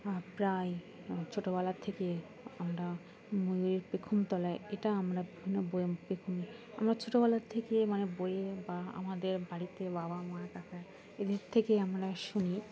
প্রায় ছোটোবেলার থেকে আমরা ময়ূরের পেখম তোলায় এটা আমরা বিভিন্ন বই পেখম আমরা ছোটোবেলা থেকে মানে বইয়ে বা আমাদের বাড়িতে বাবা মা কাকা এদের থেকে আমরা শুনি